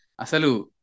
Asalu